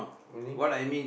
meaning